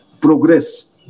progress